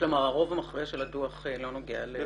כלומר, הרוב המכריע של הדוח לא נוגע לגיורא.